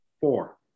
four